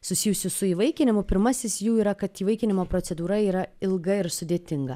susijusių su įvaikinimu pirmasis jų yra kad įvaikinimo procedūra yra ilga ir sudėtinga